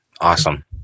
Awesome